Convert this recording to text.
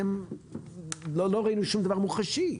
למה לא ראינו שום דבר מוחשי?